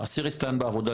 האסיר הצטיין בעבודה,